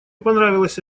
понравилась